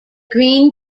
green